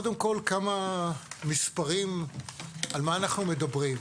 כמה מספרים על מה אנחנו מדברים.